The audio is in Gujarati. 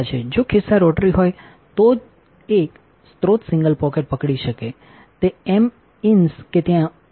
જો ખિસ્સા રોટરી હોય તો જ એક સ્રોત સિંગલ પોકેટ પકડી શકેતેએમઇન્સકે ત્યાં 1 2 3 4 છે